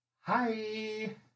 Hi